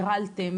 הגרלתם.